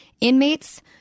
inmates